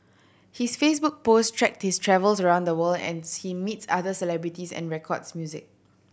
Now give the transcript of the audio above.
his Facebook post track his travels around the world as she meets other celebrities and records music